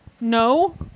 No